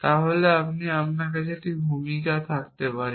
তাহলে আপনার একটি ভূমিকা থাকতে পারে